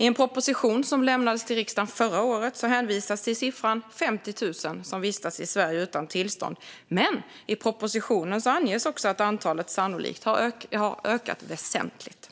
I en proposition som lämnades till riksdagen förra året hänvisades till att 50 000 vistas i Sverige utan tillstånd. Men i propositionen anges också att antalet sannolikt har ökat väsentligt.